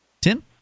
Tim